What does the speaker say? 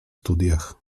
studiach